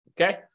okay